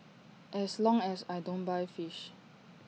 as long as I don't buy fish